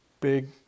big